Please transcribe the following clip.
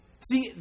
See